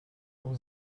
اون